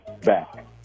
back